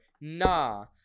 nah